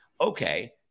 okay